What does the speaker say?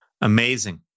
Amazing